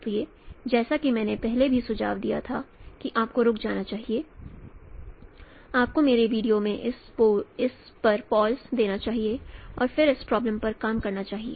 इसलिए जैसा कि मैंने पहले भी सुझाव दिया था कि आपको रुक जाना चाहिए आपको मेरे वीडियो में इस पर पोज देना चाहिए और फिर इस प्रॉब्लम पर काम करना चाहिए